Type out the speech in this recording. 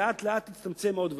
ולאט-לאט תצטמצם עוד ועוד.